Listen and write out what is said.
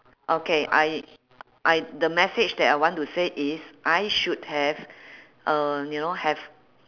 okay I I the message that I want to say is I should have uh you know have